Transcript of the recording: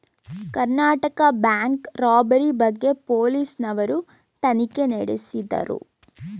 Karnataka bank robbery ಬಗ್ಗೆ police ನವರು ತನಿಖೆ ನಡೆಸಿದರು